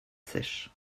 seiches